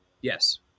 Yes